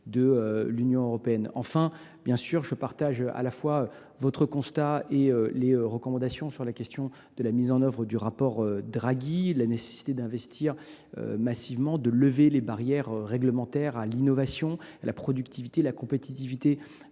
de l’Union. Enfin, je partage votre constat et les recommandations sur la mise en œuvre du rapport Draghi, la nécessité d’investir massivement, de lever les barrières réglementaires à l’innovation, à la productivité et à la compétitivité